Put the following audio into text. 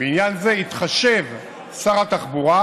לעניין זה יתחשב שר התחבורה,